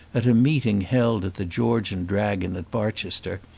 at a meeting held at the george and dragon, at barchester,